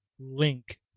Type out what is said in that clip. link